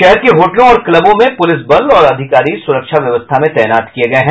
शहर के होटलों और क्लबों में पुलिस बल और अधिकारी सुरक्षा व्यवस्था में तैनात किये गये हैं